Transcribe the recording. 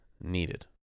needed